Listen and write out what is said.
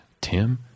Tim